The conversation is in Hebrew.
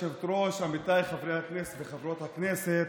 כבוד היושבת-ראש, עמיתיי חברי הכנסת וחברות הכנסת,